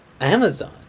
Amazon